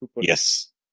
Yes